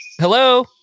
hello